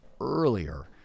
earlier